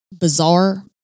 bizarre